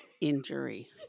injury